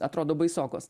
atrodo baisokos